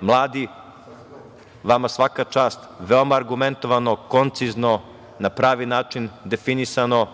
mladi. Vama svaka čast, veoma argumentovano, koncizno, na pravi način definisano,